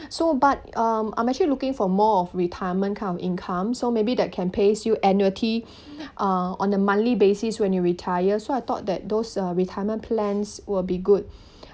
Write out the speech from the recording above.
so but um I'm actually looking for more of retirement kind of income so maybe that can pays you annuity uh on a monthly basis when you retire so I thought that those uh retirement plans will be good